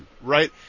right